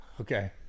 okay